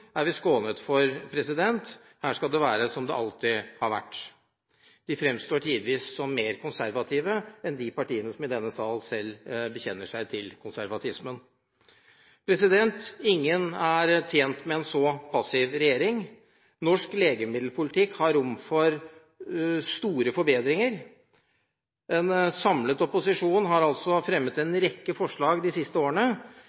er vi skånet for. Her skal det være som det alltid har vært. De fremstår tidvis som mer konservative enn de partier i denne sal som selv bekjenner seg til konservatismen. Ingen er tjent med en så passiv regjering. Norsk legemiddelpolitikk har rom for store forbedringer. En samlet opposisjon har fremmet